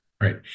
Right